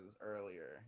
earlier